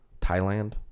Thailand